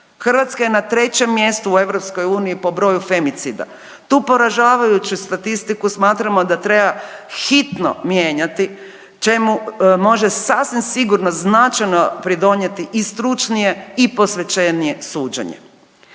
Hrvatska je na trećem mjestu u EU po broju femicida. Tu poražavajuću statistiku smatramo da treba hitno mijenjati čemu može sasvim sigurno značajno pridonijeti i stručnije i posvećenije suđenje.